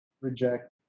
reject